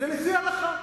זה לפי ההלכה.